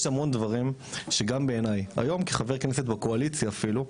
יש המון דברים שגם בעיני היום כחבר כנסת בקואליציה אפילו,